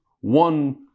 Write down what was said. one